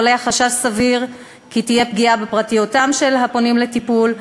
עולה חשש סביר כי תהיה פגיעה בפרטיותם של הפונים לטיפול,